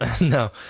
No